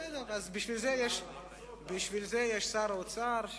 בשביל זה יש שר האוצר,